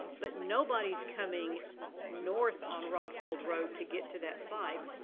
but nobody's coming north on rodd field road to get to that site.